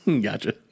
Gotcha